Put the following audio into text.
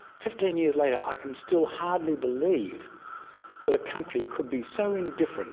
fifteen years later, i can still hardly believe that a country could be so indifferent